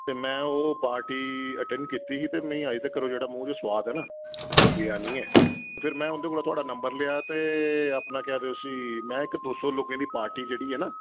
ते में ओह् पार्टी अटैंड कीती ही ते मिगी अज्ज तकर ओह् जेह्डा मूंह च सोआद ऐ न ओह् गेआ नी ऐ ते फेर में उं'दे कोला थुआढ़ा नबंर लेआ ते केह् आखदे उसी में इक दो सौ लोकें दी पार्टी जेह्ड़ी ऐ ना